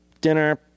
dinner